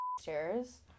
stairs